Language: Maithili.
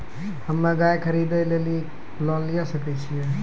हम्मे गाय खरीदे लेली लोन लिये सकय छियै?